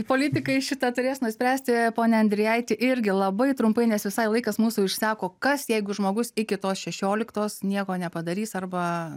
politikai šitą turės nuspręsti pone endrijaiti irgi labai trumpai nes visai laikas mūsų išseko kas jeigu žmogus iki tos šešioliktos nieko nepadarys arba